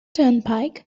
turnpike